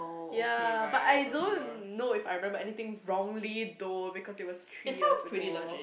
ya but I don't know if I remembered anything wrongly though because it was three years ago